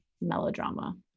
melodrama